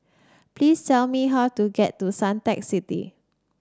please tell me how to get to Suntec City